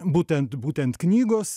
būtent būtent knygos